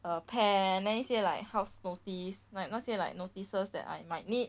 a pen then 一些 like house notice like 那些 like notices that I might need